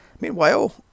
meanwhile